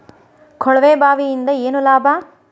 ಕೊಳವೆ ಬಾವಿಯಿಂದ ಏನ್ ಲಾಭಾ?